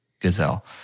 Gazelle